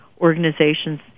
organizations